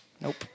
Nope